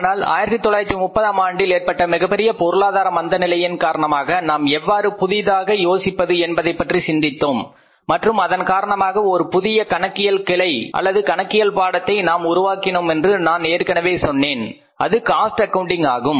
ஆனால் 1930 ஆம் ஆண்டில் ஏற்பட்ட மிகப்பெரிய பொருளாதார மந்த நிலையின் காரணமாக நாம் எவ்வாறு புதியதாக யோசிப்பது என்பதைப்பற்றி சிந்தித்தோம் மற்றும் அதன் காரணமாக ஒரு புதிய கணக்கியல் பாடத்தை நாம் உருவாக்கினோமென்று நான் ஏற்கனவே சொன்னேன் அது காஸ்ட் அக்கவுண்டில் ஆகும்